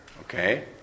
Okay